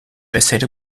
eseri